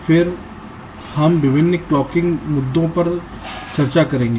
फिर हम विभिन्न क्लॉकिंग मुद्दों पर चर्चा करेंगे